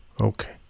okay